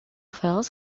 fells